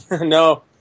No